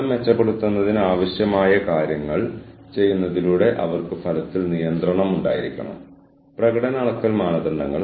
വ്യത്യസ്ത മുതിർന്ന ആളുകളിൽ നിന്ന് വ്യത്യസ്തമായ ഇൻപുട്ടുകൾ ലഭിക്കുമ്പോൾ ഇടയ്ക്കിടെ അവർ പരസ്പരം സംസാരിക്കുന്നില്ലെങ്കിൽ നയങ്ങൾ പറഞ്ഞിരിക്കുന്ന രീതിയിൽ അവ പരസ്പരം വിരുദ്ധമാണെന്ന് തോന്നാം